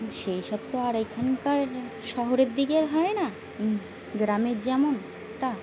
সেই সব তো আর এখানকার শহরের দিকে হয় না গ্রামের যেমনটা